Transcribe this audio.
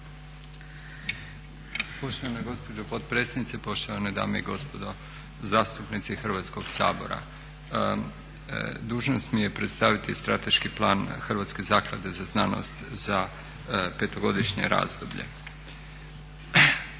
Poštovana gospođo potpredsjednice, poštovane dame i gospodo zastupnici Hrvatskog sabora. Dužnost mi je predstaviti Strateški plan Hrvatske zaklade za znanost za 5-godišnje razdoblje.